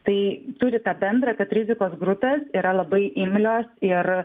tai turi tą bendra kad rizikos grupės yra labai imlios ir